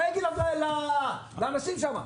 מה הוא יגיד לאנשים שם?